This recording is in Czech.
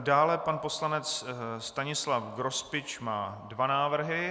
Dále pan poslanec Stanislav Grospič má dva návrhy.